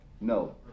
no